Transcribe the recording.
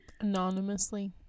anonymously